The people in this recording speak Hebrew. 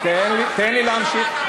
תן לי להמשיך.